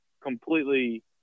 completely